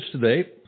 today